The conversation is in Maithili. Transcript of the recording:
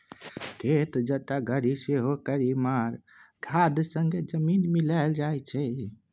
खेत जोतय घरी सेहो कीरामार खाद संगे जमीन मे मिलाएल जाइ छै